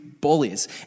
bullies